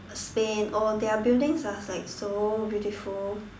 Spain oh their buildings are like so beautiful